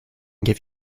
give